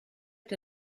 est